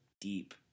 deep